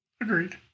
Agreed